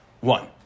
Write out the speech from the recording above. one